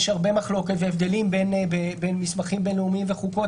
יש הרבה מחלוקת והבדלים בין מסמכים בין-לאומיים וחוקות